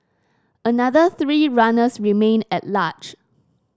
another three runners remain at large